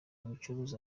kubicuruza